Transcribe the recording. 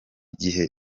gihe